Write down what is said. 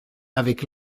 avec